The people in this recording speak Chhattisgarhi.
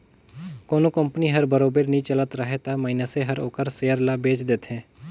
कोनो कंपनी हर बरोबर नी चलत राहय तब मइनसे हर ओखर सेयर ल बेंच देथे